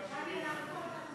אנחנו מקשיבים לך.